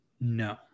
No